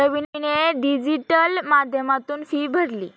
रवीने डिजिटल माध्यमातून फी भरली